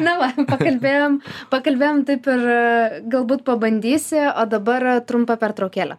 nu va pakalbėjom pakalbėjom taip ir galbūt pabandysi o dabar trumpa pertraukėlė